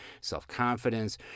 self-confidence